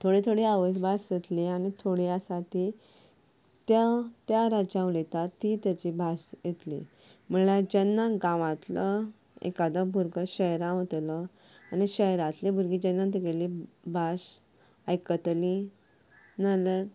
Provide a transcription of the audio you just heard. थोडी आवय भास जातली आनी थोडी आसा ती त्या त्या राज्यांत उलयता ती ताजी भास येतली म्हणल्यार गांवांतलो एखादो भुरगो शहरांत वतलो आनी शहरांतले भुरगे जेन्ना ताची भास आयकतले ना जाल्यार